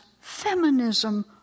feminism